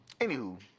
Anywho